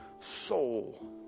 soul